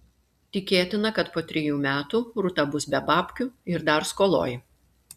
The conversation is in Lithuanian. tikėtina kad po trijų metų rūta bus be babkių ir dar skoloj